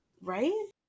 Right